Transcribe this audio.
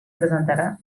presentarà